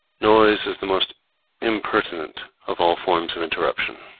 noise is the most impertinent of all forms of interruption.